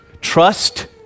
trust